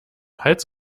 hals